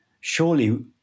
surely